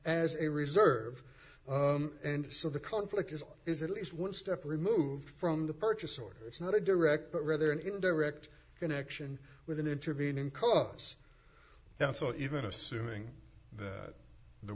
as a reserve and so the conflict is is at least one step removed from the purchase or it's not a direct but rather an indirect connection with an intervening call us now so even assuming that the